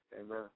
Amen